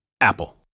Apple